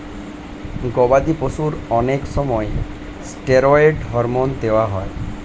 গবাদি পশুর অনেক সময় স্টেরয়েড হরমোন দেওয়া হয়